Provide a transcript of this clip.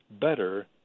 better